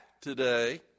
today